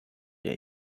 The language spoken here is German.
der